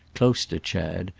close to chad,